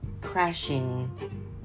crashing